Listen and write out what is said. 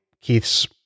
Keith's